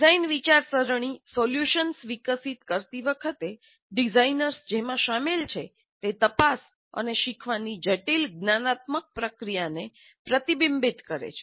design વિચારસરણી solutions વિકસિત કરતી વખતે ડિઝાઇનર્સ જેમાં શામેલ છે તે તપાસ અને શીખવાની જટિલ જ્ઞાનાત્મક પ્રક્રિયાને પ્રતિબિંબિત કરે છે